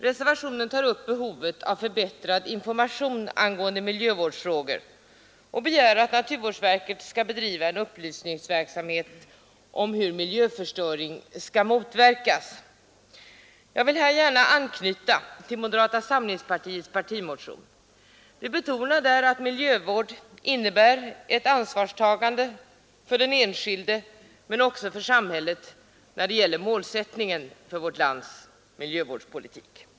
Reservationen tar upp behovet av förbättrad information angående miljövårdsfrågor och begär att naturvårdsverket skall bedriva en upplysningsverksamhet om hur miljöförstöring skall motverkas. Jag vill här gärna anknyta till moderata samlingspartiets partimotion. Vi betonar där att miljövård innebär ett ansvarstagande för den enskilde men också för samhället när det gäller målsättningen för vårt lands miljövårdspolitik.